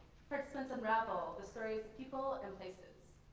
participates unravel the stories, people, and places.